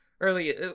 early